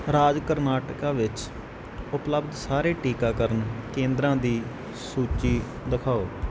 ਰਾਜ ਕਰਨਾਟਕ ਵਿੱਚ ਉਪਲੱਬਧ ਸਾਰੇ ਟੀਕਾਕਰਨ ਕੇਂਦਰਾਂ ਦੀ ਸੂਚੀ ਦਿਖਾਓ